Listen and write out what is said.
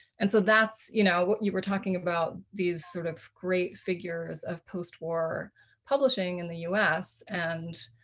and so that's, you know what you were talking about these sort of great figures of post-war publishing in the us and